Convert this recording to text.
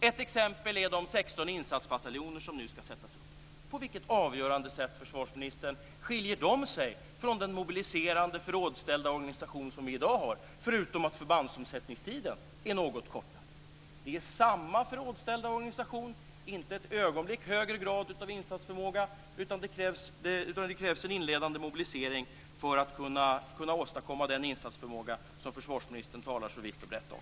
Ett exempel är de 16 insatsbataljoner som nu ska sättas upp. På vilket avgörande sätt skiljer de sig från den mobiliserande förrådsställda organisation som vi har i dag försvarsministern, förutom att förbandsomsättningstiden är något kortare? Det är samma förrådsställda organisation. Det är inte ett ögonblick högre grad av insatsförmåga, utan det krävs en inledande mobilisering för att kunna åstadkomma den insatsförmåga som försvarsministern talar så vitt och brett om.